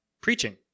preaching